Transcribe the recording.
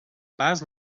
pas